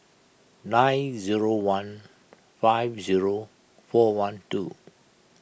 nine zero one five zero four one two